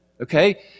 okay